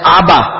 Abba